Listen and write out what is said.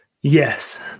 Yes